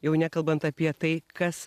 jau nekalbant apie tai kas